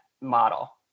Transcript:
model